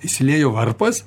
išsiliejo varpas